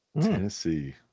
Tennessee